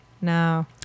No